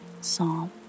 Psalm